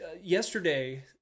yesterday